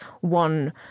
one